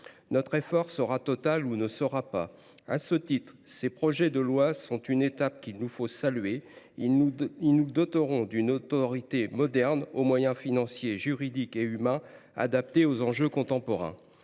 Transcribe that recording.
Notre effort sera total ou ne sera pas. À ce titre, ces projets de loi constituent une étape qu’il nous faut saluer. Ils nous doteront d’une autorité moderne, aux moyens financiers, juridiques et humains adaptés aux enjeux contemporains.